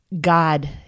God